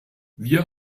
wir